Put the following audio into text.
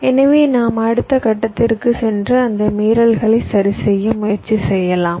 எனவே நாம் அடுத்த கட்டத்திற்குச் சென்று அந்த மீறல்களை சரிசெய்ய முயற்சி செய்யலாம்